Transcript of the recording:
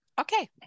Okay